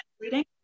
reading